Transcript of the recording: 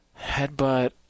headbutt